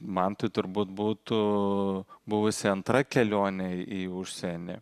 mantui turbūt būtų buvusi antra kelionė į užsienį